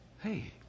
Hey